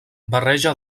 barreja